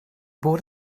bod